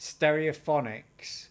Stereophonics